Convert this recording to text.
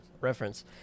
reference